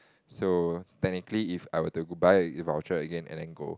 so technically if I were to buy a E voucher again and then go